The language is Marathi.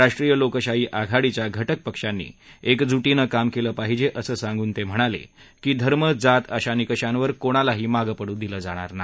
राष्ट्रीय लोकशाही आघाडीच्या घटक पक्षांनी एकजुटीनं काम केलं पाहिजे असं सांगून ते म्हणाले की धर्म जात अशा निकषांवर कोणालाही मागं पडू दिलं जाणार नाही